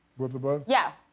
with the bun? yeah,